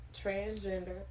transgender